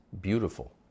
beautiful